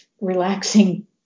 relaxing